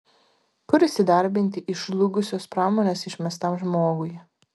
kur įsidarbinti iš žlugusios pramonės išmestam žmogui